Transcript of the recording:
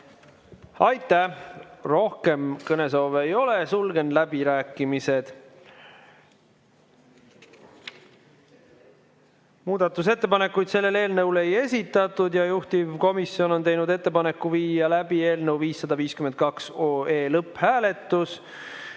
Aitäh! Rohkem kõnesoove ei ole, sulgen läbirääkimised. Muudatusettepanekuid selle eelnõu kohta ei esitatud ja juhtivkomisjon on teinud ettepaneku viia läbi eelnõu 552 lõpphääletus.